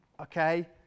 okay